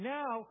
now